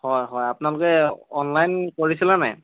হয় হয় আপোনালোকে অনলাইন কৰিছিলে নাই